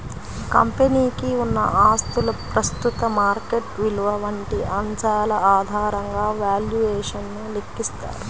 కంపెనీకి ఉన్న ఆస్తుల ప్రస్తుత మార్కెట్ విలువ వంటి అంశాల ఆధారంగా వాల్యుయేషన్ ను లెక్కిస్తారు